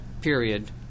period